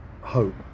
hope